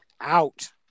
out